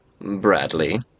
Bradley